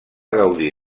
gaudir